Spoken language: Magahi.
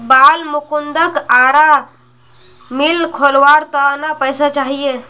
बालमुकुंदक आरा मिल खोलवार त न पैसा चाहिए